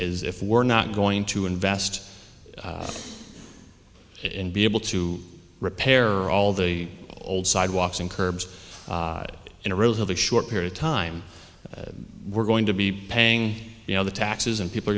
is if we're not going to invest in be able to repair all the old sidewalks and curbs in a relatively short period of time we're going to be paying you know the taxes and people